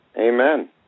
Amen